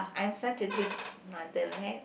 I'm such a good mother right